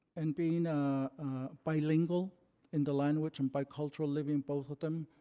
and being bilingual in the language and bicultural, live in both of them,